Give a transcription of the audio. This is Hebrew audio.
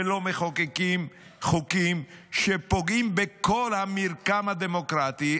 ולא מחוקקים חוקים שפוגעים בכל המרקם הדמוקרטי,